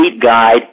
guide